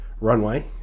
runway